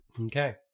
Okay